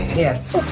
yes.